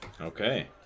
Okay